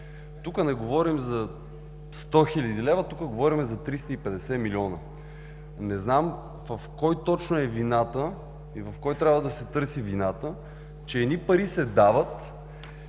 Тук не говорим за 100 хил. лв., тук говорим за 350 милиона! Не знам в кого точно е вината и у кого трябва да се търси вината, че едни пари се дават